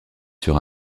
sur